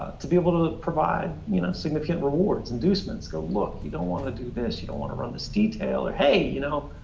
to be able to provide you know significant rewards, inducements, go, look, you don't wanna do this. you don't want to run this detail, or, hey, you know,